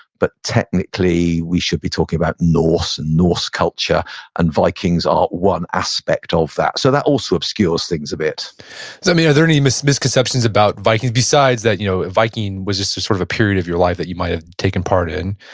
but technically we should be talking about norse and norse culture and vikings are one aspect of that. so, that also obscures things a bit so are there any misconceptions about vikings besides that you know a viking was just sort of a period of your life that you might have taken part in?